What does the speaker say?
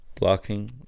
blocking